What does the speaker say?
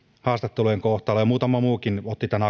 haastattelujen kohtalosta ja muutama muukin otti esille tämän